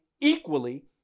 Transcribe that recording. equally